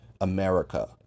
America